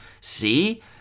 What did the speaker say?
see